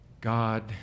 God